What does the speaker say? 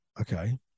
Okay